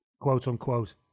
quote-unquote